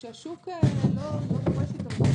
כשהשוק לא דורש התערבות,